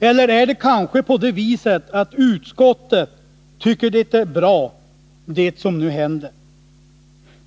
Eller är det kanske på det viset att utskottet tycker att det som nu händer är bra?